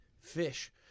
fish